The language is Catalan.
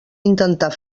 intentar